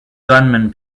gunman